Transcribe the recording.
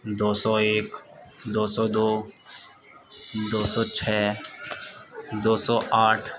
دو سو ایک دو سو دو دو سو چھ دو سو آٹھ